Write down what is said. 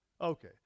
Okay